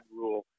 rule